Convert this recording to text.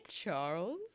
Charles